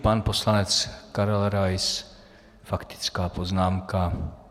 Pan poslanec Karel Rais, faktická poznámka.